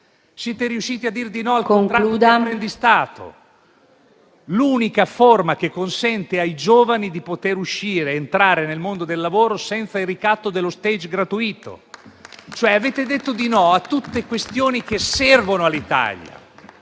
Siete riusciti a dire di no al contratto di apprendistato, l'unica forma che consente ai giovani di poter uscire ed entrare nel mondo del lavoro senza il ricatto dello *stage* gratuito. Avete detto di no a questioni che servono all'Italia